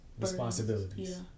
responsibilities